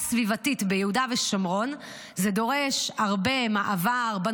כי את יודעת שלהחיל חקיקה סביבתית ביהודה ושומרון זה דורש הרבה מעבר,